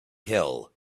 hill